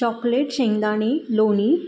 chocolate शेंगदाणे लोणी